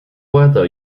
weather